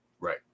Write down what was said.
Right